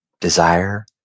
desire